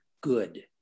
good